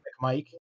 Mike